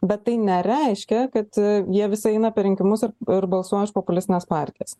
bet tai nereiškia kad jie vis eina per rinkimus ir balsuoja už populistines partijas